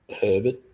Herbert